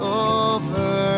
over